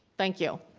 thank you.